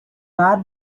war